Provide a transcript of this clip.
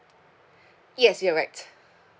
yes you're right